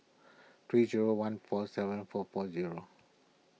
three zero one four seven four four zero